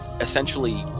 essentially